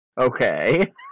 okay